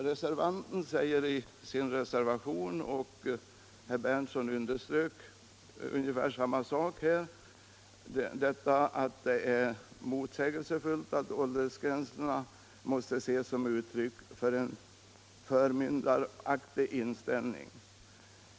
Reservanten säger i sin reservation — och herr Berndtson underströk ungefär detsamma — att de motsägelsefulla åldersgränserna måste ses som ett uttryck för en förmyndaraktig inställning.